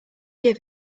give